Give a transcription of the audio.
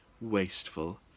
wasteful